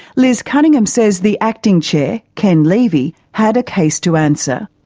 liz cunningham says the acting chair, ken levy, had a case to answer.